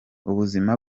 ubuzima